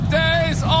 days